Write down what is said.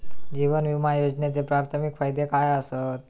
जीवन विमा योजनेचे प्राथमिक फायदे काय आसत?